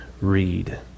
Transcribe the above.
read